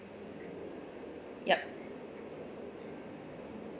ya